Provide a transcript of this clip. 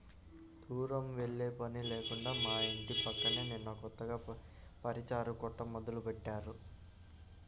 దూరం వెళ్ళే పని లేకుండా మా ఇంటి పక్కనే నిన్న కొత్తగా పచారీ కొట్టు మొదలుబెట్టారు